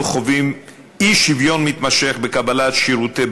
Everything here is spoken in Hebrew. אנו חווים אי-שוויון מתמשך בקבלת שירותי